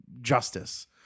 justice